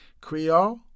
Creole